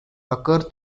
occur